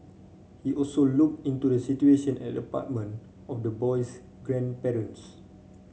he also looked into the situation at the apartment of the boy's grandparents